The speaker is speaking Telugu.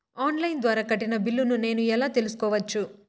ఆన్ లైను ద్వారా కట్టిన బిల్లును నేను ఎలా తెలుసుకోవచ్చు?